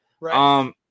Right